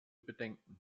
bedenken